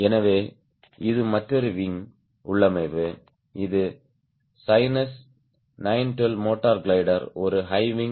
எனவே இது மற்றொரு விங் உள்ளமைவு இது சைனஸ் 912 மோட்டார் கிளைடரில் ஒரு ஹை விங்